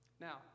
Now